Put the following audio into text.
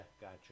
gotcha